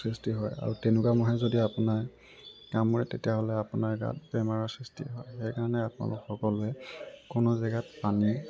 সৃষ্টি হয় আৰু তেনেকুৱা মহে যদি আপোনাৰ কামোৰে তেতিয়াহ'লে আপোনাৰ গাত বেমাৰৰ সৃষ্টি হয় সেই কাৰণে আপোনালোক সকলোৱে কোনো জেগাত পানী